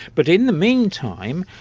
but in the meantime,